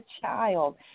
child